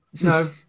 No